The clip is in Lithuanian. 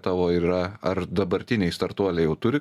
tavo yra ar dabartiniai startuoliai jau turi